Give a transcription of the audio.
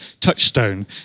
touchstone